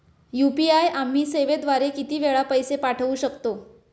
UPI आम्ही सेवेद्वारे किती वेळा पैसे पाठवू शकतो?